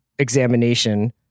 examination